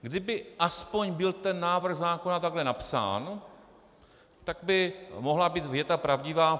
Kdyby aspoň byl ten návrh zákona takhle napsán, tak by mohla být věta pravdivá.